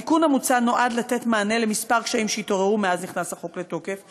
התיקון המוצע נועד לתת מענה לכמה קשיים שהתעוררו מאז נכנס החוק לתוקף,